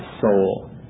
soul